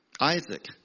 Isaac